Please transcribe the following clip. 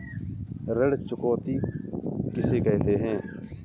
ऋण चुकौती किसे कहते हैं?